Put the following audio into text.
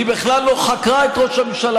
היא בכלל לא חקרה את ראש הממשלה,